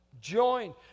join